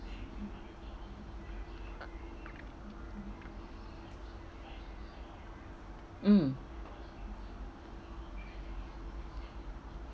mm